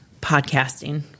podcasting